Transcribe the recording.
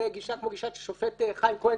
זו גישה כמו הגישה של השופט חיים כהן,